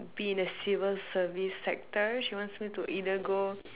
be in the civil service sector she wants me to either go